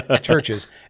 churches